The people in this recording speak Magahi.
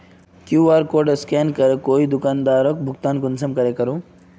कियु.आर कोड स्कैन करे कोई दुकानदारोक भुगतान कुंसम करे करूम?